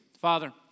Father